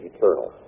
Eternal